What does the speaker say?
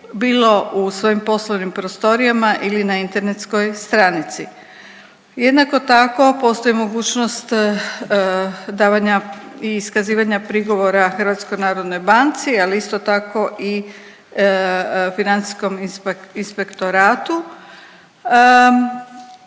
bilo u svojim poslovnim prostorijama ili na internetskoj stranici. Jednako tako postoji mogućnost davanja i iskazivanja prigovora HNB-u ali isto tako i financijskom inspektoratu